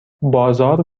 بازار